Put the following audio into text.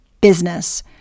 business